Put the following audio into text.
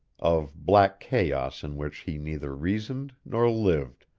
of black chaos in which he neither reasoned nor lived,